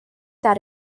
that